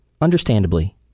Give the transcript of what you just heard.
Understandably